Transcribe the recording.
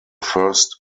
first